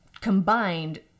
combined